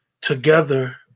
together